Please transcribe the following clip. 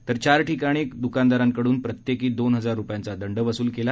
तर चार किराणा द्कानदारांकडून प्रत्येकी दोन हजार रुपयांचा दंड वसूल केला